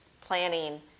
planning